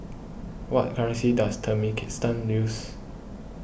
what currency does Turkmenistan use